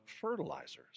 fertilizers